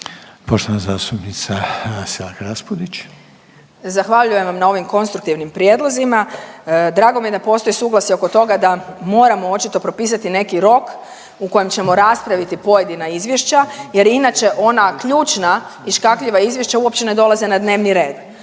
Marija (Nezavisni)** Zahvaljujem na ovim konstruktivnim prijedlozima. Drago da postoji suglasje oko toga da moramo očito propisati neki rok u kojem ćemo raspraviti pojedina izvješća jer inače ona ključna i škakljiva izvješća uopće ne dolaze na dnevni red